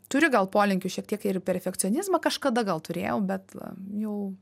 turiu gal polinkį šiek tiek ir į perfekcionizmą kažkada gal turėjau bet jau